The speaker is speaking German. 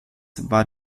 war